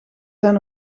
zijn